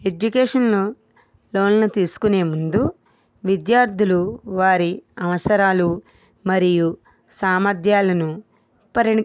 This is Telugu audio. ఎడ్యుకేషన్ లోన్లు తీసుకునే ముందు విద్యార్థులు వారి అవసరాలు మరియు సామర్ధ్యాలను పరిణ